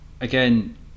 again